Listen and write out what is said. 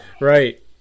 Right